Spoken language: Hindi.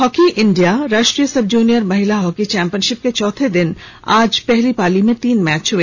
हॉकी इंडिया राष्ट्रीय सब जूनियर महिला हॉकी चैंपियनशिप के चौथे दिन आज प्रथम पाली में तीन मैच हए